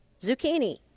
zucchini